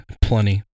plenty